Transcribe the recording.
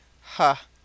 Ha